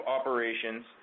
operations